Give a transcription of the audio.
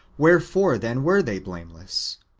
where fore, then, were they blameless?